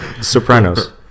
Sopranos